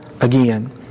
again